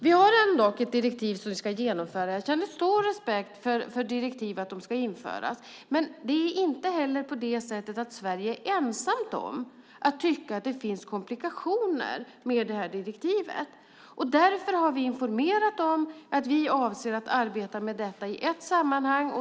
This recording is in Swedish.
Vi har ett direktiv som vi ska genomföra. Jag har stor respekt för det, men Sverige är inte ensamt om att tycka att det finns komplikationer med direktivet. Därför har vi informerat om att vi avser att arbeta med detta i ett sammanhang.